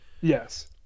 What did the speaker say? Yes